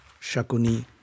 Shakuni